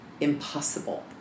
impossible